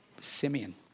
Simeon